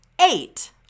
Eight